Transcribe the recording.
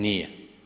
Nije.